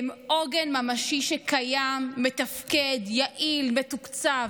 הם עוגן ממשי שקיים, מתפקד, יעיל, מתוקצב.